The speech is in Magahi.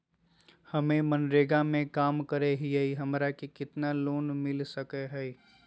हमे मनरेगा में काम करे हियई, हमरा के कितना लोन मिलता सके हई?